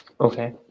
Okay